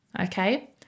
Okay